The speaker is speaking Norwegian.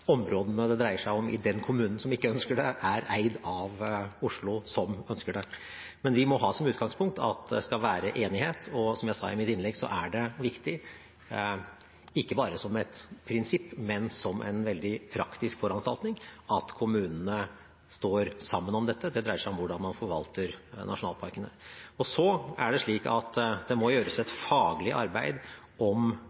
områdene det dreier seg om i den kommunen som ikke ønsker det, er eid av Oslo som ønsker det. Men vi må ha som utgangspunkt at det skal være enighet, og som jeg sa i mitt innlegg, er det viktig ikke bare som et prinsipp, men som en veldig praktisk foranstaltning at kommunene står sammen om dette. Det dreier seg om hvordan man forvalter nasjonalparkene. Så er det slik at det må gjøres et